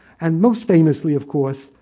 and most famously, of course,